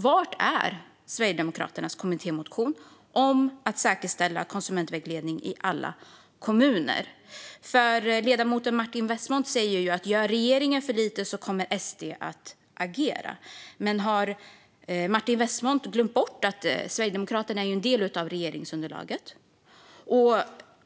Var är Sverigedemokraternas kommittémotion om att säkerställa konsumentvägledning i alla kommuner? Ledamoten Martin Westmont säger att om regeringen gör för lite kommer SD att agera. Har Martin Westmont glömt bort att Sverigedemokraterna är en del regeringsunderlaget?